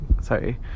sorry